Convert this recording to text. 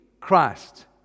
Christ